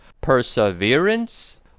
Perseverance